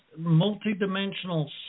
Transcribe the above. multidimensional